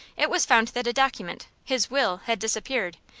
it was found that a document his will had disappeared,